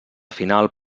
final